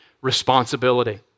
responsibility